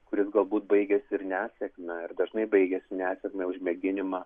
kuris galbūt baigiasi ir nesėkme ir dažnai baigiasi nesėkme už mėginimą